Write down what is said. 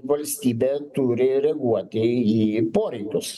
valstybė turi reaguoti į poreikius